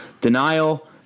Denial